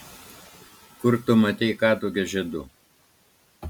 kur tu matei kadugio žiedų